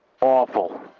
awful